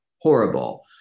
horrible